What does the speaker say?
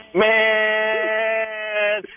man